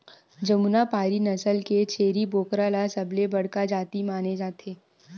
जमुनापारी नसल के छेरी बोकरा ल सबले बड़का जाति माने जाथे